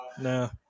No